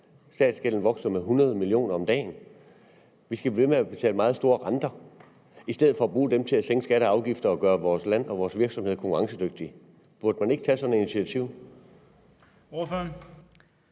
Statsgælden vokser med 100 mio. kr. om dagen. Vi skal blive ved med at betale meget store renter i stedet for at bruge de penge til at sænke skatter og afgifter og gøre vores land og vores virksomheder konkurrencedygtige. Burde man ikke tage sådan et initiativ?